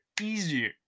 easier